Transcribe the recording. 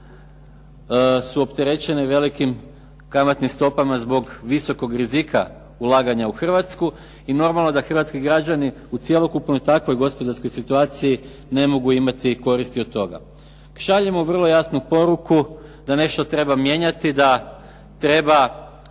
su opterećene velikim kamatnim stopama zbog visokog rizika ulaganja u Hrvatsku i normalno da hrvatski građani u cjelokupnoj takvoj gospodarskoj situaciji ne mogu imati koristi od toga. Šaljemo vrlo jasnu poruku da nešto treba mijenjati, da treba